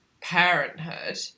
parenthood